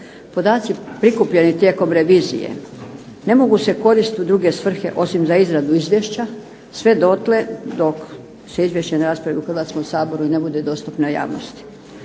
Podaci prikupljeni tijekom revizije ne mogu se koristiti u druge svrhe osim za izradu izvješća sve dotle dok se izvješće ne raspravi u Hrvatskom saboru i ne bude dostupno javnosti.